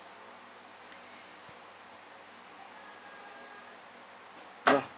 no